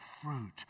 fruit